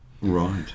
Right